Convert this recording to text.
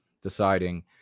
deciding